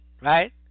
right